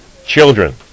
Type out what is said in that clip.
Children